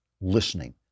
listening